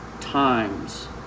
times